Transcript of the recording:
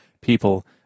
people